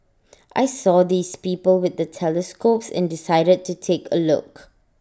I saw these people with the telescopes and decided to take A look